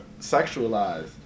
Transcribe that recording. sexualized